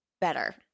better